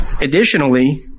Additionally